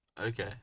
Okay